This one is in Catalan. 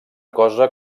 cosa